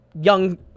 young